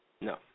No